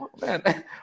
man